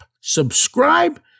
Subscribe